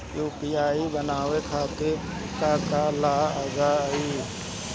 UPI बनावे खातिर का का लगाई?